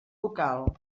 local